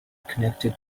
connected